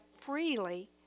freely